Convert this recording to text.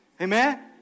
Amen